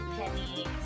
Penny